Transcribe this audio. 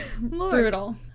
Brutal